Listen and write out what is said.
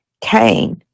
Cain